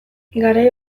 garai